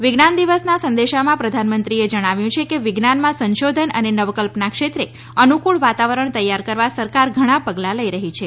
વિજ્ઞાન દિવસના સંદેશામાં પ્રધાનમંત્રીએ જણાવ્યું છે કે વિજ્ઞાનમાં સંશોધન અને નવકલ્પના ક્ષેત્રે અનુકૂળ વાતાવરણ તૈયાર કરવા સરકાર ઘણા પગલાં લઈ રહી છે